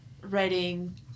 writing